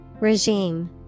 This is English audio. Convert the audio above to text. Regime